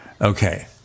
okay